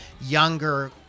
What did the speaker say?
younger